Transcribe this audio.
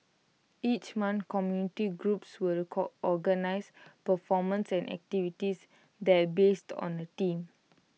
each month community groups will organise performances and activities there based on A theme